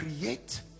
create